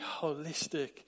holistic